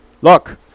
Look